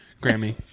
Grammy